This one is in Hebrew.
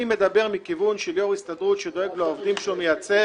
אני מדבר כיושב-ראש הסתדרות שדואג לעובדים שהוא מייצג